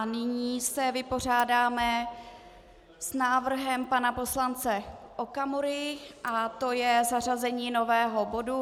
Nyní se vypořádáme s návrhem pana poslance Okamury a to je zařazení nového bodu